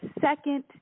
second